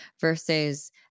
versus